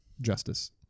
justice